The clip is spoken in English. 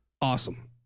Awesome